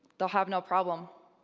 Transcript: they'll have no problem.